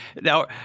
Now